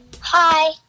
Hi